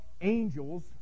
angels